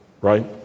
right